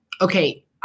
Okay